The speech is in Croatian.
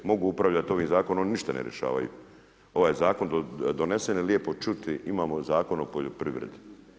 Mogu upravljati, ovim Zakonom ništa ne rješavaju, ovaj Zakon donesen je lijepo čuti imamo Zakon o poljoprivredi.